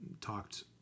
talked